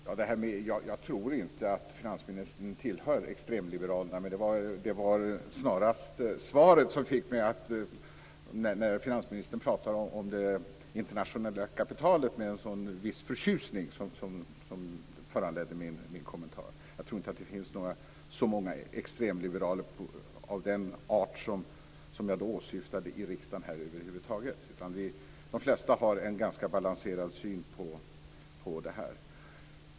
Fru talman! Jag tror inte att finansministern tillhör extremliberalerna. Det var snarast svaret, där finansministern talar om det internationella kapitalet med en viss förtjusning, som föranledde min kommentar. Jag tror över huvud taget inte att det finns så många extremliberaler av den art som jag åsyftade i riksdagen. De flesta har en ganska balanserad syn på detta.